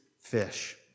fish